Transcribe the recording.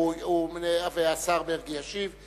והשר מרגי ישיב.